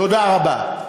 תודה רבה.